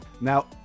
Now